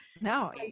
No